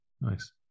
Nice